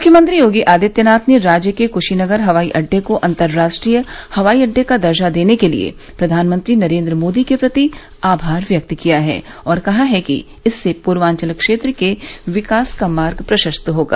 मुख्यमंत्रीयोगी आदित्यनाथ ने राज्य के कुशीनगर हवाई अड्डे को अंतरराष्ट्रीय हवाई अड्डे का दर्जा देने के लिए प्रधानमंत्री नरेंद्र मोदी के प्रति आभार व्यक्त किया है और कहा है कि इससे पूर्वांचल क्षेत्र के विकास का मार्ग प्रशस्त होगा